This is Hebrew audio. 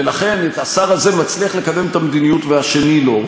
ולכן השר הזה מצליח לקדם את המדיניות והשני לא.